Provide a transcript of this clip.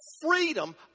freedom